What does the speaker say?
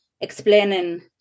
explaining